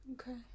Okay